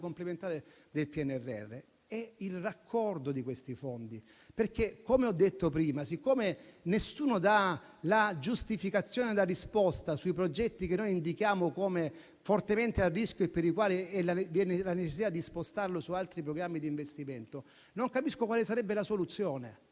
complementare del PNRR. È il raccordo di questi fondi. Come ho detto prima infatti, siccome nessuno dà la giustificazione e la risposta sui progetti che noi indichiamo come fortemente a rischio e per i quali vi è necessità di spostarli su altri programmi di investimento, non capisco quale sarebbe la soluzione.